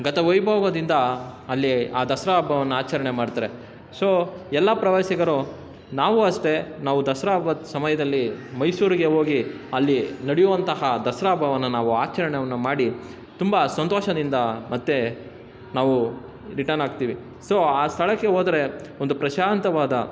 ಗತ ವೈಭೋಗದಿಂದ ಅಲ್ಲಿ ಆ ದಸರಾ ಹಬ್ಬವನ್ನು ಆಚರಣೆ ಮಾಡ್ತಾರೆ ಸೋ ಎಲ್ಲಾ ಪ್ರವಾಸಿಗರು ನಾವು ಅಷ್ಟೇ ನಾವು ದಸರಾ ಹಬ್ಬದ ಸಮಯದಲ್ಲಿ ಮೈಸೂರಿಗೆ ಹೋಗಿ ಅಲ್ಲಿ ನಡೆಯುವಂತಹ ದಸರಾ ಹಬ್ಬವನ್ನ ನಾವು ಆಚರ್ಣೆಯನ್ನ ಮಾಡಿ ತುಂಬ ಸಂತೋಷದಿಂದ ಮತ್ತೆ ನಾವು ರಿಟನ್ ಆಗ್ತೀವಿ ಸೋ ಆ ಸ್ಥಳಕ್ಕೆ ಹೋದ್ರೆ ಒಂದು ಪ್ರಶಾಂತವಾದ